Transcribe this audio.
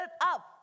up